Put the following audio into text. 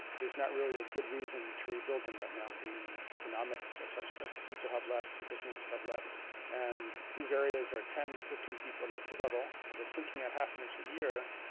there's not really a good reason to rebuild them right now. the economics are such that the people have left, the businesses have left and these areas are ten to fifteen feet below sea level, and they're sinking at half an inch a year.